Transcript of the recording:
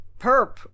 Perp